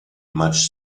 much